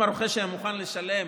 אם הרוכש היה מוכן לשלם